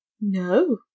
No